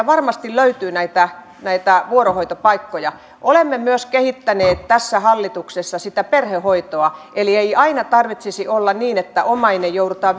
varmasti löytyy näitä näitä vuorohoitopaikkoja olemme kehittäneet tässä hallituksessa myös perhehoitoa eli ei aina tarvitsisi olla niin että omainen joudutaan